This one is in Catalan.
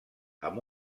amb